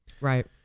Right